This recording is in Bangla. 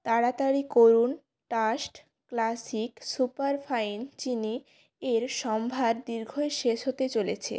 তাড়াতাড়ি করুন টাস্ট ক্লাসিক সুপার ফাইন চিনি এর সম্ভার দীর্ঘই শেষ হতে চলেছে